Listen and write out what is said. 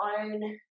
own